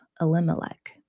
Elimelech